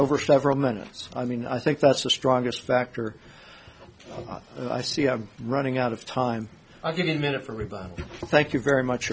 over several minutes i mean i think that's the strongest factor i see i'm running out of time i get a minute for everybody thank you very much